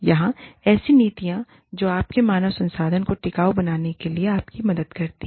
या ऐसी नीतियाँ जो आपके मानव संसाधन को टिकाऊ बनाने में आपकी मदद करती हैं